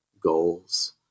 goals